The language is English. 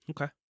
Okay